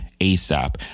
ASAP